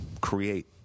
create